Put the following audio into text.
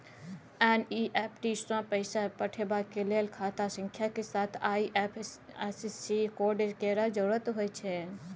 NEFT सँ पैसा पठेबाक लेल खाता संख्याक साथ आई.एफ.एस.सी कोड केर जरुरत होइत छै